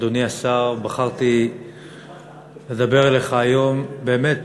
אדוני השר, בחרתי לדבר אליך היום באמת